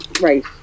Right